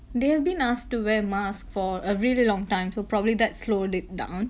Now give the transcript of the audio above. they have been asked to wear mask for a really long time so probably that slowed it down